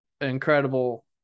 incredible